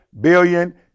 billion